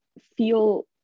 feel